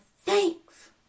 thanks